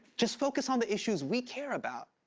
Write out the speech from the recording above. just focus on the issues we care about.